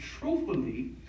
truthfully